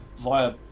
via